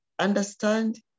understand